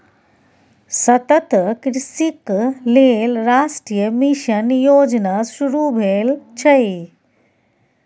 सतत कृषिक लेल राष्ट्रीय मिशन योजना शुरू भेल छै